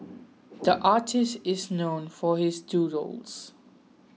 the artist is known for his doodles